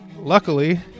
Luckily